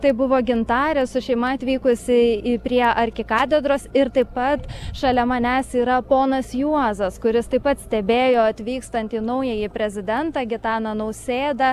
tai buvo gintarė su šeima atvykusi į prie arkikatedros ir taip pat šalia manęs yra ponas juozas kuris taip pat stebėjo atvykstantį naująjį prezidentą gitaną nausėdą